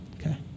okay